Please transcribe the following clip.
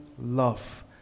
love